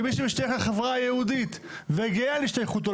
אם מישהו משתייך לחברה היהודית וגאה בכך,